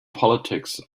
politics